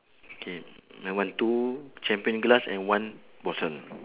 okay my one two champagne glass and one bottle